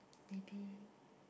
maybe